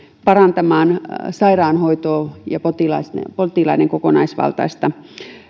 parantamaan sairaanhoitoa ja potilaiden potilaiden kokonaisvaltaista